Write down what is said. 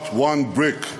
not one brick,